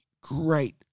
great